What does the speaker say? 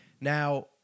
Now